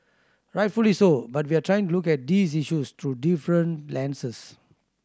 rightfully so but we are trying to look at these issues through different lenses